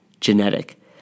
Genetic